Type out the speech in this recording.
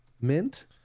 mint